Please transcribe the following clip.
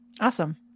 Awesome